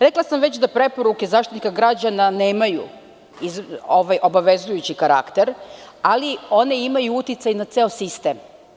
Rekla sam već da preporuke Zaštitnika građana nemaju obavezujući karakter, ali one imaju uticaj na ceo sistem.